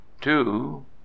two